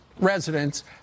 residents